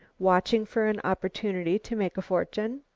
watching for an opportunity to make a fortune?